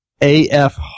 AF